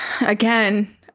again